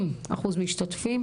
עם אחוז משתתפים.